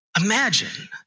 Imagine